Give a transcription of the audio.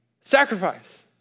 sacrifice